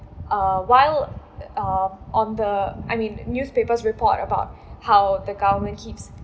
uh while uh um on the I mean newspapers report about how the government keeps